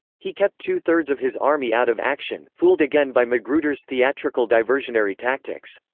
he kept two thirds of his army out of action, fooled again by magruder's theatrical diversionary tactics.